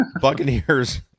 Buccaneers